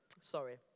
sorry